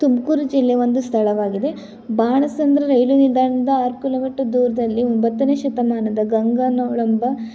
ತುಮಕೂರು ಜಿಲ್ಲೆಯ ಒಂದು ಸ್ಥಳವಾಗಿದೆ ಬಾಣಸಂದ್ರ ರೈಲು ನಿಲ್ದಾಣದಿಂದ ಆರು ಕಿಲೋಮೀಟರ್ ದೂರದಲ್ಲಿ ಒಂಬತ್ತನೇ ಶತಮಾನದ ಗಂಗಾ ಅನ್ನೊಳಂಬ